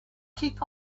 keep